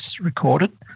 recorded